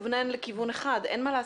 אדם,